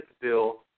bill